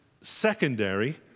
secondary